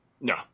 No